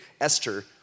Esther